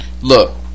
Look